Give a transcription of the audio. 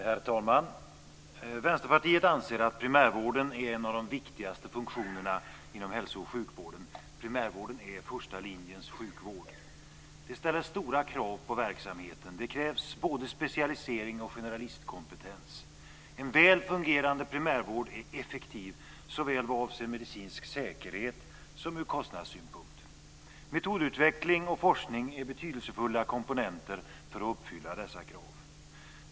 Herr talman! Vänsterpartiet anser att primärvården är en av de viktigaste funktionerna inom hälsooch sjukvården. Primärvården är första linjens sjukvård. Det ställer stora krav på verksamheten. Det krävs både specialisering och generalistkompetens. En väl fungerande primärvård är effektiv såväl vad avser medicinsk säkerhet som ur kostnadssynpunkt. Metodutveckling och forskning är betydelsefulla komponenter för att uppfylla dessa krav.